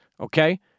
Okay